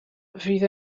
fydd